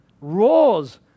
roars